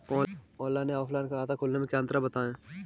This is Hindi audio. ऑनलाइन या ऑफलाइन खाता खोलने में क्या अंतर है बताएँ?